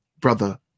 Brother